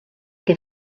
què